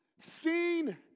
seen